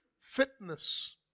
Fitness